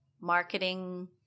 marketing